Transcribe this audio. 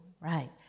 Right